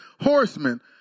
horsemen